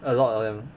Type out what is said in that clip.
a lot of them